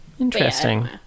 interesting